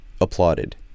applauded